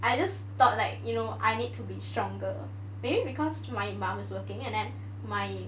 I just thought like you know I need to be stronger maybe because my mom is working and then my